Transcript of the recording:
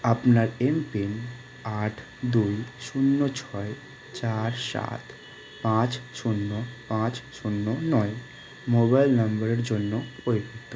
আপনার এমপিন আট দুই শূন্য ছয় চার সাত পাঁচ শূন্য পাঁচ শূন্য নয় মোবাইল নম্বরের জন্য প্রদত্ত